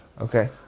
Okay